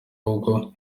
ahubwo